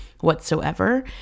whatsoever